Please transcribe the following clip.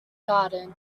garden